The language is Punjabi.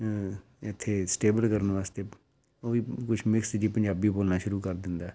ਇੱਥੇ ਸਟੇਬਲ ਕਰਨ ਵਾਸਤੇ ਉਹ ਵੀ ਕੁਛ ਮਿਕਸ ਜਿਹੀ ਪੰਜਾਬੀ ਬੋਲਣਾ ਸ਼ੁਰੂ ਕਰ ਦਿੰਦਾ